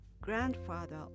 grandfather